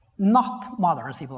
not modern c. but